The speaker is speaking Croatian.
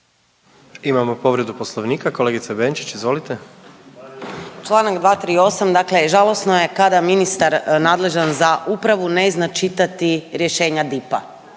Imamo povredu poslovnika kolegica Benčić, izvolite. **Benčić, Sandra (Možemo!)** Čl. 238., dakle žalosno je kada ministar nadležan za upravu ne zna čitati rješenja DIP-a